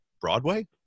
Broadway